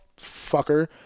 fucker